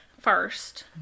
first